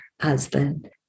husband